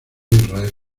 israel